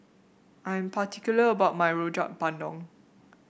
I am particular about my Rojak Bandung